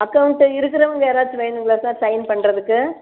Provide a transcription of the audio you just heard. account இருக்கிறவுங்க யாராச்சும் வேணுங்களா சார் சைன் பண்ணுறதுக்கு